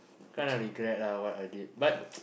kind of regret ah what I did but